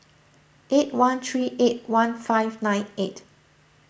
eight one three eight one five nine eight